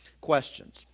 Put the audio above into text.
Questions